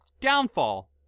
downfall